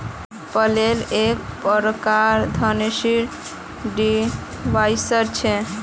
flail एक प्रकारेर threshing device छ